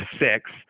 six